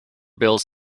bills